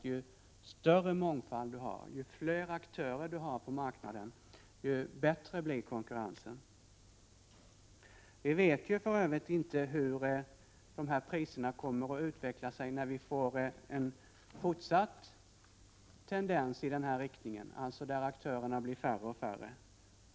Ju större mångfald och ju fler aktörer det finns på marknaden, desto bättre måste konkurrensen bli. Vi vet inte hur priserna kommer att utvecklas om denna tendens fortsätter, dvs. att aktörerna blir färre.